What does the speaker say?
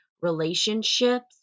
relationships